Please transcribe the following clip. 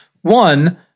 one